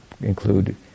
include